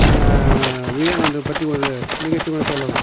விவேகானந்தர் பற்றி ஒரு நிகழ்ச்சி கூட சொல்லலாம்